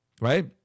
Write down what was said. right